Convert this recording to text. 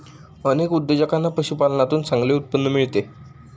अनेक उद्योजकांना पशुपालनातून चांगले उत्पन्न मिळते